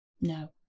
No